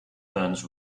burns